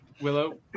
Willow